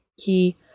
key